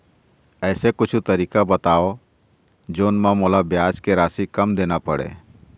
ऐसे कुछू तरीका बताव जोन म मोला ब्याज के राशि कम देना पड़े?